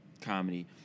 comedy